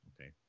Okay